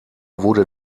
wurde